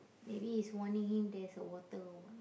maybe he's warning him there's a water or what